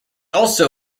also